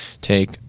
take